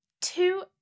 two